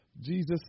Jesus